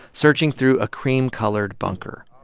searching through a cream-colored bunker.